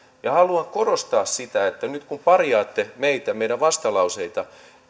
haluan korostaa sitä että nyt kun parjaatte meitä meidän vastalauseitamme